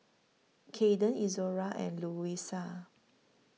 Caden Izora and Louisa